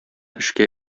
эшкә